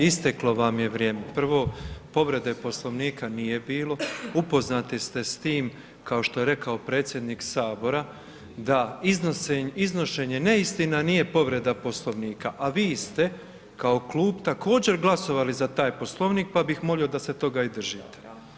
Isteklo vam je vrijeme, prvo povrede poslovnika nije bilo, upoznati ste s tim kao što je rekao predsjednik sabora, da iznošenje neistina nije povreda Poslovnika, a vi ste kao klub također glasovali za taj Poslovnik pa bih molio da se toga i držite.